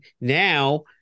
now